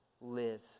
live